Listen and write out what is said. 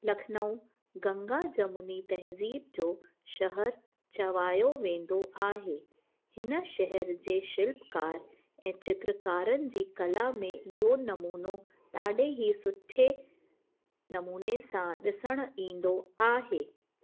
लखनऊ गंगा जमूनी तहज़ीब जो शहरु चवायो वेंदो आहे हिन शहर जे शिल्पकार ऐं चित्रकारनि जी कला में इहो नमूनो ॾाढे ई सुठे नमूने सां ॾिसणु ईंदो आहे